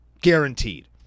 Guaranteed